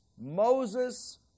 Moses